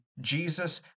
Jesus